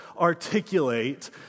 articulate